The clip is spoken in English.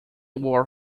were